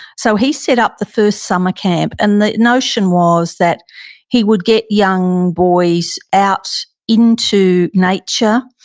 so he set up the first summer camp. and the notion was that he would get young boys out into nature,